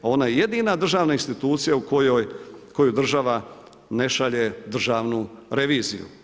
Ona je jedina državna institucija u kojoj država ne šalje državnu reviziju.